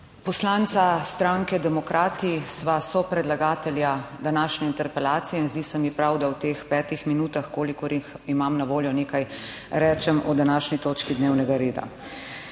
Poslanca stranke Demokrati sva sopredlagatelja današnje interpelacije in zdi se mi prav, da v teh petih minutah, kolikor jih imam na voljo nekaj rečem o današnji točki dnevnega reda.